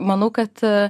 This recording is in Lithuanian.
manau kad